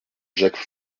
jacques